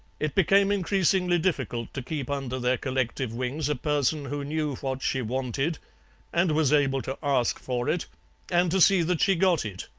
it became increasingly difficult to keep under their collective wings a person who knew what she wanted and was able to ask for it and to see that she got it.